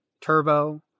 Turbo